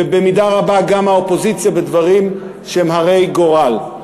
ובמידה רבה גם מהאופוזיציה, בדברים שהם הרי גורל.